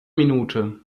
minute